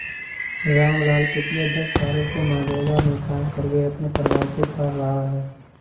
रामलाल पिछले दस सालों से मनरेगा में काम करके अपने परिवार को पाल रहा है